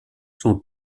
sont